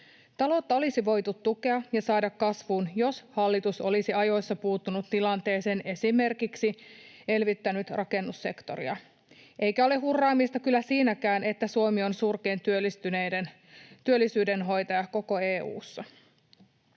Taloutta olisi voitu tukea ja saada kasvuun, jos hallitus olisi ajoissa puuttunut tilanteeseen, esimerkiksi elvyttänyt rakennussektoria. Eikä ole hurraamista kyllä siinäkään, että Suomi on surkein työllisyyden hoitaja koko EU:ssa.